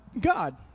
God